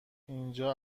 اینجا